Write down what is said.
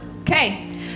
Okay